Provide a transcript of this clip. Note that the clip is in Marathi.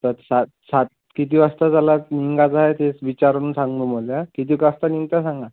तर सात सात किती वाजता त्याला निघाचंय ते विचारून सांग म मला किती वाजता निघता सांगा